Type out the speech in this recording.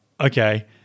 Okay